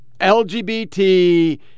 LGBT